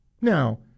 Now